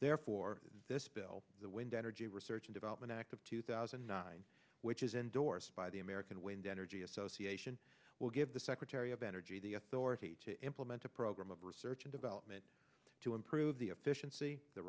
therefore this bill the wind energy research and development act of two thousand and nine which is endorsed by the american wind energy association will give the secretary of energy the authority to implement a program of research and development to improve the efficiency the